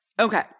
Okay